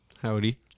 Howdy